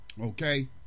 okay